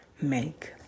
Make